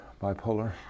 bipolar